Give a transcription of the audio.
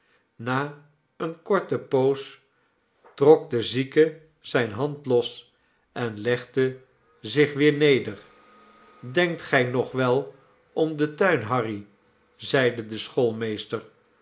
na eene korte poos trok de zieke zijne hand los en legde zich weer neder denkt gij nog wel om den tuin harry zeide de